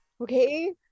okay